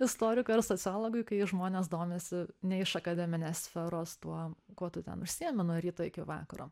istorikui ar sociologui kai žmonės domisi ne iš akademinės sferos tuo kuo tu ten užsiėmi nuo ryto iki vakaro